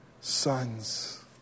sons